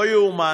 לא ייאמן,